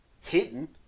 hidden